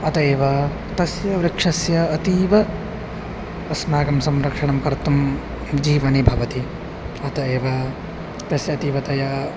अत एव तस्य वृक्षस्य अतीव अस्माकं संरक्षणं कर्तुं जीवने भवति अत एव तस्य अतीवतया